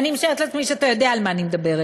אני משערת לעצמי שאתה יודע על מה אני מדברת.